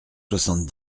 soixante